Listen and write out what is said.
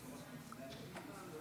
בבקשה.